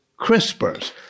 CRISPRs